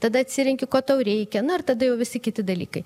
tada atsirenki ko tau reikia na ir tada jau visi kiti dalykai